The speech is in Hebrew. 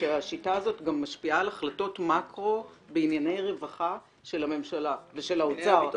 שהשיטה זה גם משפיעה על החלטות מאקרו של הממשלה ושל האוצר בענייני רווחה